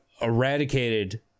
eradicated